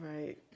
right